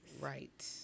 Right